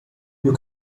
you